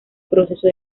proceso